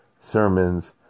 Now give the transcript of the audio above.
sermons